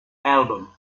album